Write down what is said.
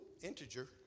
Integer